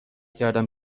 کردم